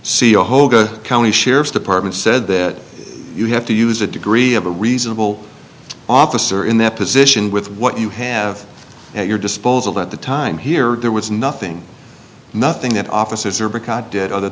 e o hoga county sheriff's department said that you have to use a degree of a reasonable officer in that position with what you have at your disposal at the time here there was nothing nothing that officers or